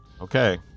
Okay